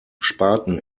sparten